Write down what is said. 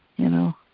you know?